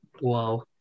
Wow